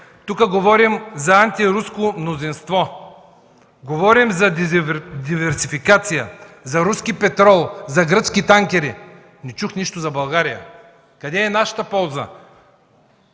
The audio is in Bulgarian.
Тук говорим за антируско мнозинство, за диверсификация, за руски петрол, за гръцки танкери. Не чух нищо за България. Къде е нашата полза?